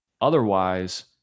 Otherwise